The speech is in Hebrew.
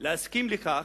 להסכים לכך,